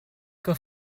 que